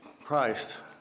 Christ